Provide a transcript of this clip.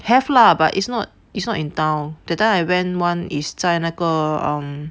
have lah but it's not it's not in town that time I went one is 在那个 um